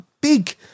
big